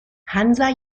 hansa